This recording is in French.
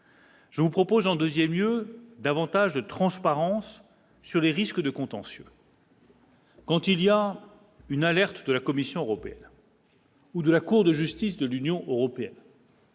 Je vous propose en 2ème lieu davantage de transparence sur les risques de contentieux. Quand il y a une alerte de la Commission européenne. Ou de la Cour de justice de l'Union européenne.